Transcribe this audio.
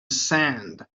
sand